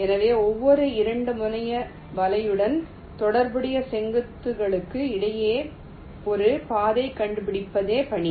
எனவே ஒவ்வொரு 2 முனைய வலையுடனும் தொடர்புடைய செங்குத்துகளுக்கு இடையில் ஒரு பாதையைக் கண்டுபிடிப்பதே பணி